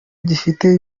gifite